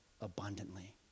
abundantly